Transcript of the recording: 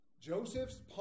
Joseph's